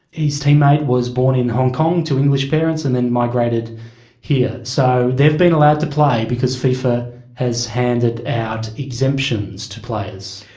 his teammate, was born in hong kong to english parents and then migrated here. so they have been allowed to play because fifa has handed out exemptions to players.